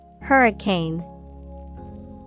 Hurricane